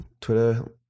Twitter